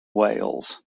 wales